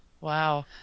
Wow